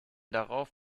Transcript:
darauf